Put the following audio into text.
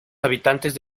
habitantes